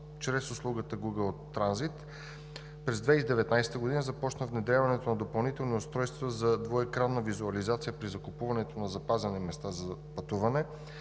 чрез услугата Google transit. През 2019 г. започна внедряването на допълнителни устройства за двуекранна визуализация при закупуване на запазени места за пътуване.